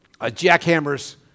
jackhammer's